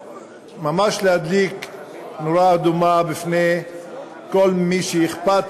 ממש להדליק נורה אדומה בפני כל מי שאכפת